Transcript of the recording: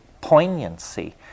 poignancy